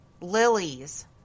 lilies